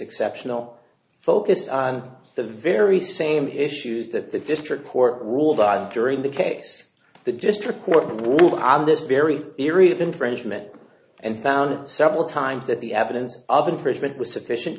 exceptional focus on the very same issues that the district court ruled on during the case the district court ruled on this very eerie of infringement and found several times that the evidence of infringement was sufficient